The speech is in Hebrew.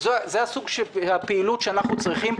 זה סוג הפעילות שאנחנו צריכים.